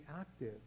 active